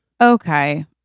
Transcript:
okay